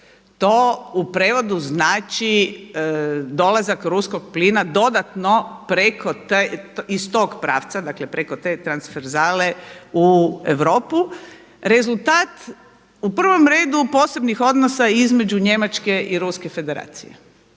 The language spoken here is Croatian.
To u prijevodu znači dolazak ruskog plina dodatno iz tog pravca, dakle preko te transferzale u Europu. Rezultat u prvom redu posebnih odnosa između Njemačke i Ruske Federacije.